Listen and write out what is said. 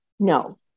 No